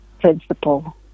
principle